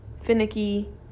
finicky